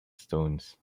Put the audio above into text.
stones